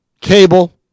Cable